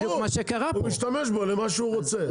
ברור, הוא משתמש בו למה שהוא רוצה.